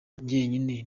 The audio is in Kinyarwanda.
njyenyine